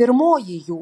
pirmoji jų